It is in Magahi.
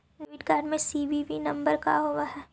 डेबिट कार्ड में सी.वी.वी नंबर का होव हइ?